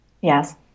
yes